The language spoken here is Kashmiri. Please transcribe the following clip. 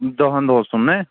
دہن دۄہن سُمب نا